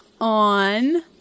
on